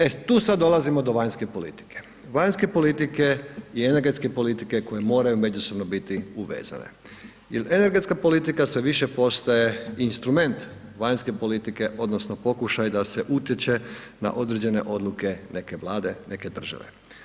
E tu sad dolazimo do vanjske politike, vanjske politike i energetske politike koje moraju međusobno biti uvezane jel energetska politika sve više postaje instrument vanjske politike odnosno pokušaj da se utječe na određene odluke neke Vlade, neke države.